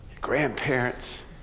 grandparents